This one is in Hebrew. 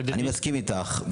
אני מסכים איתך,